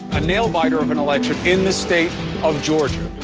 a nail biter of an election in the state of georgia.